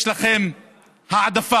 יש לכם העדפה,